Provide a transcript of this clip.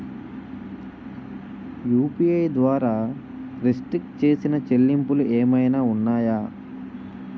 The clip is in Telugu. యు.పి.ఐ ద్వారా రిస్ట్రిక్ట్ చేసిన చెల్లింపులు ఏమైనా ఉన్నాయా?